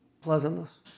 pleasantness